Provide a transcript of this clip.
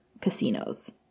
casinos